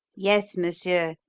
yes, monsieur.